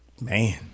Man